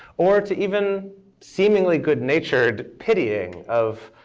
or to even seemingly good natured pitying of,